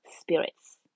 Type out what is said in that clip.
spirits